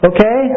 Okay